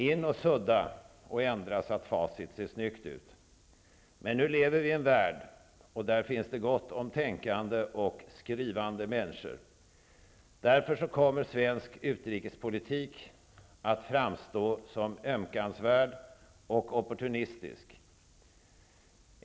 In och sudda och ändra, så att facit ser snyggt ut! Men nu lever vi i en värld där det finns gott om tänkande och skrivande människor. Därför kommer svensk utrikespolitik att framstå som ömkansvärd och opportunistisk.